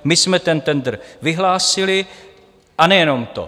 My jsme ten tendr vyhlásili, a nejenom to.